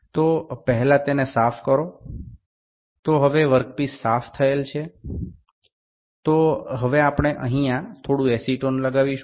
તો પહેલા તેને સાફ કરો તો હવે વર્કપીસ સાફ થયેલ છે તો હવે આપણે અહીંયા થોડું એસિટોન લગાડીશું